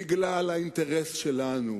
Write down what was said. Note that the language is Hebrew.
בגלל האינטרס שלנו.